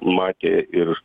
matė ir